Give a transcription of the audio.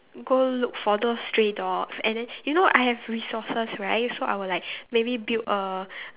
go look for those stray dogs and then you know I have resources right so I will like maybe build a